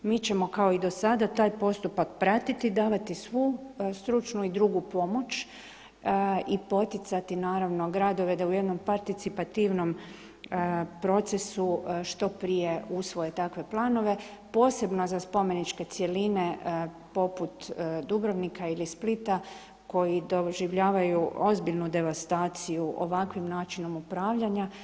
Mi ćemo kao i do sada taj postupak pratiti, davati svu stručnu i drugu pomoć i poticati naravno gradove da u jednom participativnom procesu što prije usvoje takve planove posebno za spomeničke cjeline poput Dubrovnika ili Splita koji doživljavaju ozbiljnu devastaciju ovakvim načinom upravljanja.